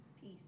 Peace